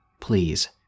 please